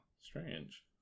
strange